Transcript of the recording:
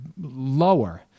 lower